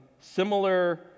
similar